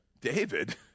David